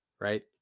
right